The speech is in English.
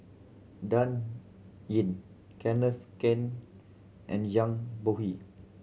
Dan Ying Kenneth Keng and Zhang Bohe